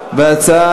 בעד,